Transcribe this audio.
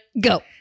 go